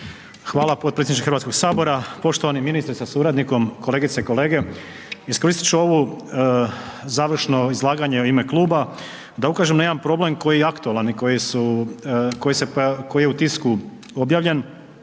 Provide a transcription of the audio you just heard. Hvala potpredsjedniče HS. Poštovani ministre sa suradnikom, kolegice i kolege, iskoristit ću ovo završno izlaganje u ime kluba da ukažem na jedan problem koji je aktualan i koji je u Tisku objavljen.